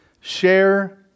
Share